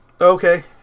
Okay